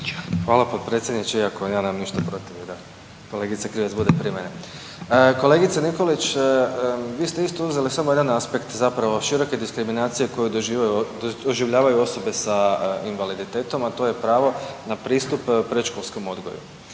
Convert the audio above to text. Hvala potpredsjedniče. Iako ja nemam ništa protiv da kolegica Krivec bude prije mene. Kolegice Nikolić vi ste isto uzeli samo jedan aspekt široke diskriminacije koje doživljavaju osobe s invaliditetom, a to je pravo na pristup predškolskom odgoju.